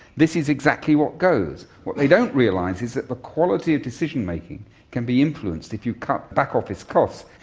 this is exactly what goes. what they don't realise is that the quality of decision making can be influenced if you cut back office costs.